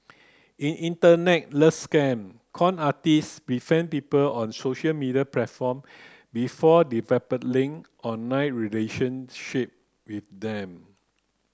in Internet love scam con artist befriend people on social media platform before developing online relationship with them